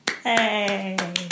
Hey